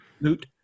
loot